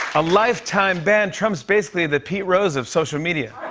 a lifetime ban. trump's basically the pete rose of social media.